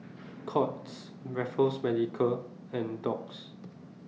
Courts Raffles Medical and Doux